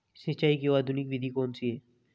सिंचाई की आधुनिक विधि कौन सी है?